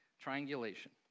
Triangulation